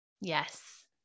Yes